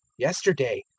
yesterday,